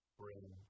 bring